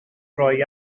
rhoi